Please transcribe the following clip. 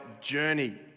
journey